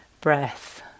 breath